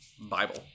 bible